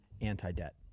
anti-debt